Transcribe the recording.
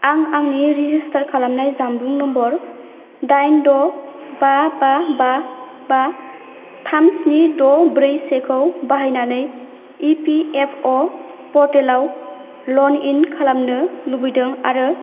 आं आंनि रेजिस्टार खालामखानाय जानबुं नम्बर दाइन द' बा बा बा बा थाम स्नि द' ब्रै सेखौ बाहायनानै इपिएफअ' पर्टेलाव लग इन खालामनो लुबैदों आरो